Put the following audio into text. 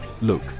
Look